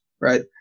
right